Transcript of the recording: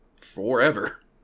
forever